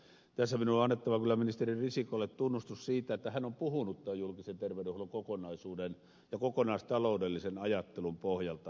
tässä minun on annettava kyllä ministeri risikolle tunnustus siitä että hän on puhunut tämän julkisen terveydenhuollon kokonaisuuden ja kokonaistaloudellisen ajattelun pohjalta